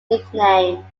nickname